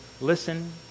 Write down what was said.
listen